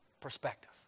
perspective